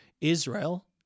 Israel